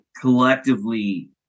collectively